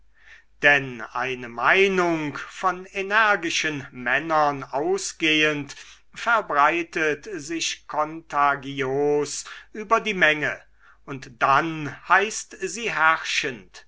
denn eine meinung von energischen männern ausgehend verbreitet sich kontagios über die menge und dann heißt sie